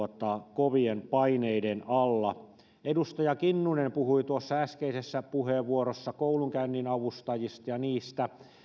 kovien paineiden alla edustaja kinnunen puhui äskeisessä puheenvuorossaan koulunkäynninavustajista ja niistä